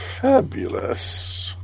Fabulous